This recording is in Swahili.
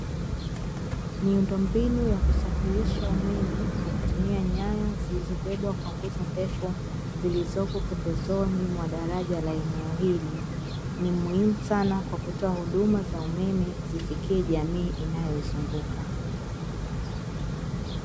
Miundombinu ya kusafirisha umeme kwa kutumia nyaya zilizobebwa kwa nguzo ndefu, zilizopo pembezoni mwa daraja la eneo hili. Ni muhimu sana kwa kutoa huduma za umeme zifikie jamii inayoizunguka.